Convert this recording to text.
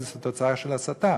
זה תוצאה של הסתה.